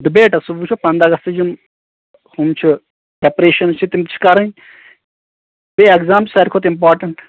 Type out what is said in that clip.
نَہ بیٹا سُہ وُچھو پَندہ اَگست یِِم ہُم چھِ پرٛیٚپرٛیشنٛز چھِ تِم تہِ چھِ کَرٕنۍ بیٚیہِ اِیٚگزام چھِ ساروٕے کھوتہٕ امپاٹِیٚنٛٹ